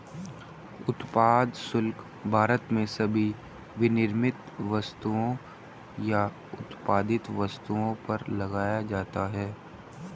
उत्पाद शुल्क भारत में सभी विनिर्मित वस्तुओं या उत्पादित वस्तुओं पर लगाया जाता है